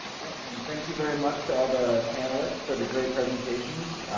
yes and thank you very much to all the panelists for the great presentations.